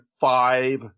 five